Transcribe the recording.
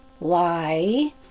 lie